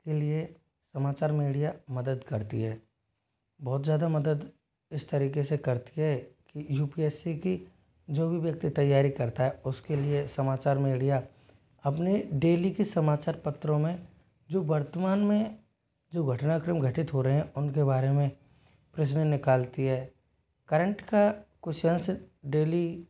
के लिए समाचार मीडिया मदद करती है बहुत ज़्यादा मदद इस तरीके से करती है कि यू पी एस सी की जो भी व्यक्ति तैयारी करता है उसके लिए समाचार मीडिया अपने डेली के समाचार पत्रों में जो वर्तमान में जो घटनाक्रम घटित हो रहें उनके बारे में प्रश्न निकालती है करंट का कुछ अंश डेली